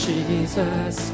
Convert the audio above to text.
Jesus